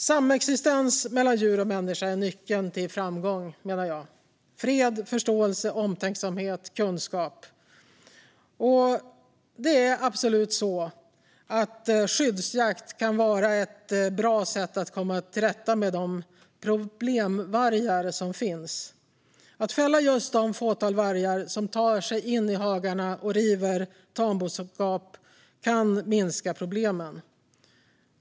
Samexistens mellan djur och människa är nyckeln till framgång, menar jag - fred, förståelse, omtänksamhet och kunskap. Skyddsjakt kan absolut vara ett bra sätt att komma till rätta med de problemvargar som finns. Att fälla just det fåtal vargar som tar sig in i hagarna och river tamboskap kan minska problemen.